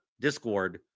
discord